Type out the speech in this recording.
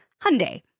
Hyundai